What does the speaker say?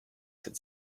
could